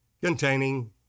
containing